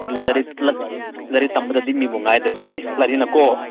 ꯑꯗꯨ ꯂꯥꯏꯔꯤꯛ ꯂꯥꯏꯔꯤꯛ ꯇꯝꯕꯗꯗꯤ ꯃꯤꯕꯨ ꯉꯥꯏꯗꯕꯅꯦ ꯂꯥꯏꯔꯤꯛꯅ ꯀꯣ